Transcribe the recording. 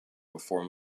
before